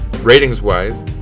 ratings-wise